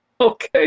Okay